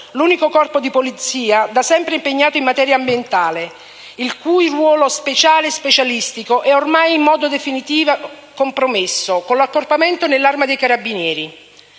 l'unico corpo di polizia da sempre impegnato in materia ambientale, il cui ruolo speciale e specialistico è ormai in modo definitivo compromesso con l'accorpamento nell'Arma dei carabinieri.